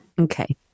Okay